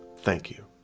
thank you.